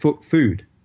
food